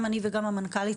גם אני וגם המנכ"לית,